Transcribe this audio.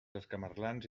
escamarlans